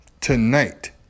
Tonight